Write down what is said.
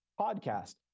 podcast